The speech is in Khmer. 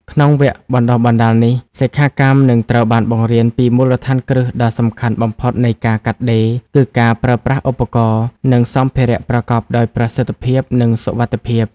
ក្នុងវគ្គបណ្តុះបណ្តាលនេះ សិក្ខាកាមនឹងត្រូវបានបង្រៀនពីមូលដ្ឋានគ្រឹះដ៏សំខាន់បំផុតនៃការកាត់ដេរ គឺការប្រើប្រាស់ឧបករណ៍ និងសម្ភារៈប្រកបដោយប្រសិទ្ធភាព និងសុវត្ថិភាព។